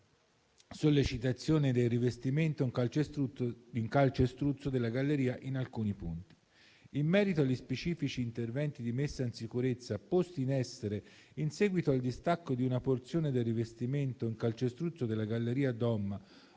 sollecitazione del rivestimento in calcestruzzo della galleria in alcuni punti. In merito agli specifici interventi di messa in sicurezza posti in essere in seguito al distacco di una porzione del rivestimento in calcestruzzo della galleria Dom,